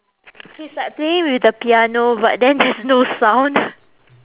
he's like playing with the piano but then there's no sound